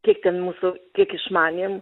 kiek ten mūsų kiek išmanėm